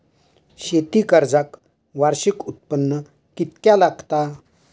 शेती कर्जाक वार्षिक उत्पन्न कितक्या लागता?